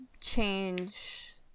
Change